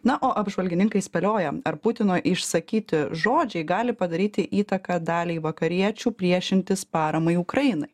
na o apžvalgininkai spėlioja ar putino išsakyti žodžiai gali padaryti įtaką daliai vakariečių priešintis paramai ukrainai